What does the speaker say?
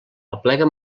aplega